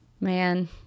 man